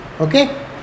Okay